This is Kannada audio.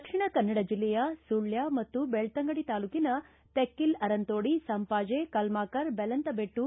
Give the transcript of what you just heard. ದಕ್ಷಿಣ ಕನ್ನಡ ಜಿಲ್ಲೆಯ ಸುಳ್ಯ ಮತ್ತು ಬೆಳ್ತಂಗಡಿ ತಾಲೂಕಿನ ತೆಕ್ಕಿಲ್ ಅರಂತೋಡಿ ಸಂಪಾಜೆ ಕಲ್ನಾಕರ್ ಮೇಲಂತದೆಟ್ಟು